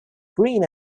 green